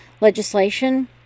legislation